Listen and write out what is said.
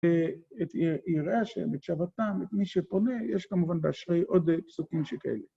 ‫את עיר אשם, את שבתם, את מי שפונה, ‫יש כמובן באשרי עוד סוגים שכאלה.